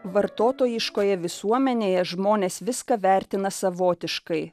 vartotojiškoje visuomenėje žmonės viską vertina savotiškai